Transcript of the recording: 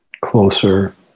closer